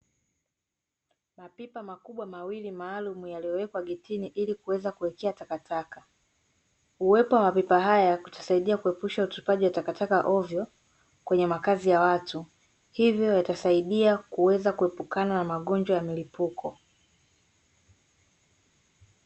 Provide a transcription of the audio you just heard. Mapipa makubwa mawili maalum yaliyowekwa getini ili kuweza kuwekea takataka, uwepo wa mapipa haya kutusaidia kuepusha utupaji wa takataka ovyo kwenye makazi ya watu, hivyo yatasaidia kuweza kuepukana na magonjwa ya milipuko.